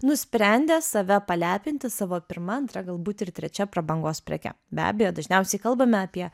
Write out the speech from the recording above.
nusprendė save palepinti savo pirma antra galbūt ir trečia prabangos preke be abejo dažniausiai kalbame apie